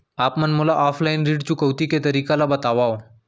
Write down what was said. आप मन मोला ऑफलाइन ऋण चुकौती के तरीका ल बतावव?